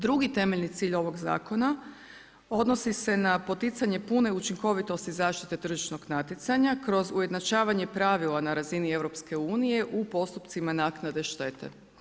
Drugi temeljni cilj ovog zakona, odnosi se na poticanje pune učinkovitosti zaštite tržišnog natjecanja kroz ujednačavanje pravila na razini EU, u postupcima naknade štete.